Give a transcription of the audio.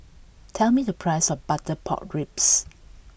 tell me the price of butter pork ribs